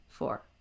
four